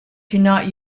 cannot